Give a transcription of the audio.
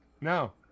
No